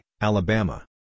Alabama